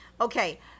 okay